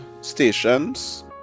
stations